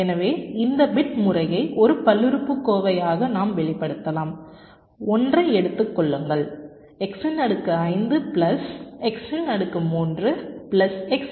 எனவே இந்த பிட் முறையை ஒரு பல்லுறுப்புக்கோவையாக நாம் வெளிப்படுத்தலாம் ஒன்றை எடுத்துக் கொள்ளுங்கள் x இன் அடுக்கு 5 பிளஸ் x இன் அடுக்கு 3 பிளஸ் x சதுரம் பிளஸ் 1